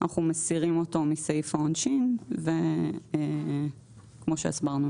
אנחנו מסירים אותו מסעיף העונשין כמו שהסברנו